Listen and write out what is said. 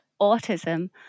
autism